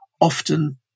often